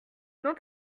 dans